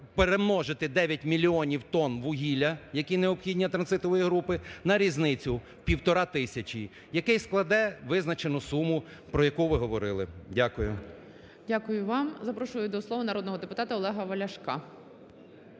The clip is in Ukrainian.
перемножити 9 мільйонів тонн вугілля, які необхідні антрацитової групи, на різницю у півтори тисячі, який складе визначену суму, про яку ви говорили. Дякую. ГОЛОВУЮЧИЙ. Дякую вам. Запрошую до слова народного депутата Олега Ляшка.